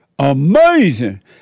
Amazing